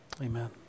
Amen